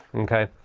okay?